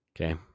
Okay